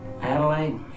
Adelaide